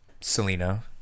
selena